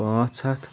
پانٛژھ ہَتھ